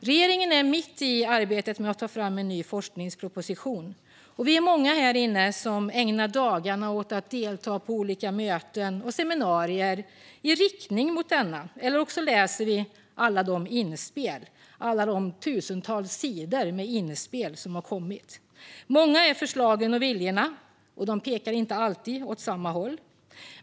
Regeringen är mitt i arbetet med att ta fram en ny forskningsproposition. Vi är många här inne som ägnar dagarna åt att delta på olika möten och seminarier i riktning mot denna, eller också läser vi alla de tusentals sidor med inspel som har kommit. Många är förslagen och viljorna, och de pekar inte alltid åt samma håll.